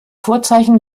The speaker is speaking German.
vorzeichen